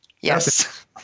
Yes